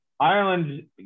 Ireland